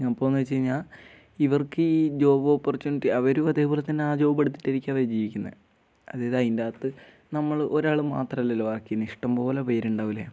ഇനി അപ്പോൾ എന്ന് വെച്ച് കഴിഞ്ഞാൽ ഇവർക്ക് ഈ ജോബ് ഓപ്പർച്യണിറ്റി അവരും അതേപോലെത്തന്നെ ആ ജോബ് എടുത്തിട്ടായിരിക്കും അവർ ജീവിക്കുന്നത് അതായത് അതിൻ്റകത്ത് നമ്മൾ ഒരാൾ മാത്രമല്ലല്ലോ വർക്ക് ചെയ്യുന്നത് ഇഷ്ടംപോലെ പേരുണ്ടാവില്ലേ